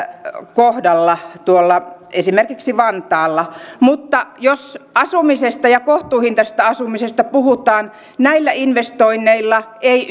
kohdalla esimerkiksi vantaalla mutta jos asumisesta ja kohtuuhintaisesta asumisesta puhutaan yksistään näillä investoinneilla ei